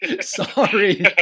sorry